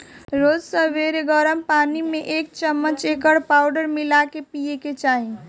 रोज सबेरे गरम पानी में एक चमच एकर पाउडर मिला के पिए के चाही